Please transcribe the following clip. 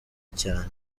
cyane